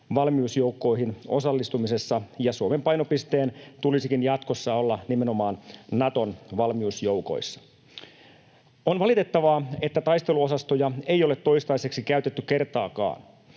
valmiusjoukkoihin osallistumisessa, ja Suomen painopisteen tulisikin jatkossa olla nimenomaan Naton valmiusjoukoissa. On valitettavaa, että taisteluosastoja ei ole toistaiseksi käytetty kertaakaan.